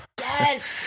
Yes